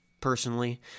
personally